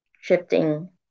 Shifting